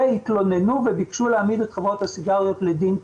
והתלוננו וביקשו להעמיד את חברות הסיגריות לדין פלילי.